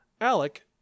Alec